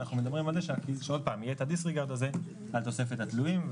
ואנחנו מדברים על זה שיהיה disregard על תוספת התלויים,